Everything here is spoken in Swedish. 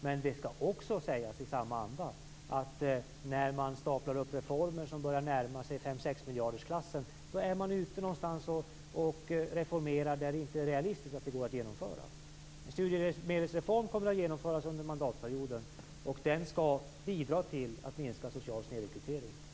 Men det skall också sägas i samma anda att när man staplar upp reformer som börjar närma sig fem-sexmiljardersklassen är man ute och reformerar någonstans där det inte är realistiskt att genomföra det. En studiemedelsreform kommer att genomföras under mandatperioden. Den skall bidra till att minska social snedrekrytering.